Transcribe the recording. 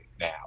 now